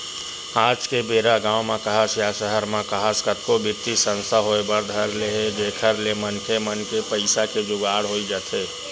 आज के बेरा गाँव म काहस या सहर म काहस कतको बित्तीय संस्था होय बर धर ले हे जेखर ले मनखे मन के पइसा के जुगाड़ होई जाथे